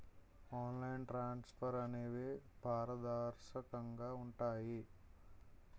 online transfers అనేవి పారదర్శకంగా ఉంటాయి